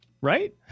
Right